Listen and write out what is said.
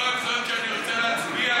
לא רק זאת שאני רוצה להצביע,